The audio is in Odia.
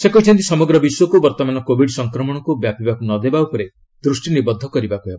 ସେ କହିଛନ୍ତି ସମଗ୍ର ବିଶ୍ୱକୁ ବର୍ତ୍ତମାନ କୋବିଡ ସଂକ୍ରମଣକୁ ବ୍ୟାପିବାକୁ ନ ଦେବା ଉପରେ ଦୃଷ୍ଟି ନିବଦ୍ଧ କରିବାକୁ ହେବ